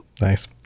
nice